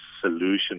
solution